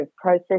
process